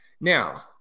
Now